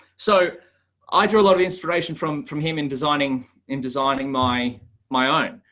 so i drew a lot of inspiration from from him in designing in designing my mind,